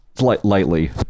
lightly